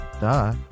Duh